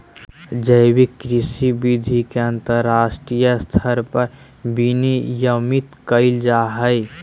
जैविक कृषि विधि के अंतरराष्ट्रीय स्तर पर विनियमित कैल जा हइ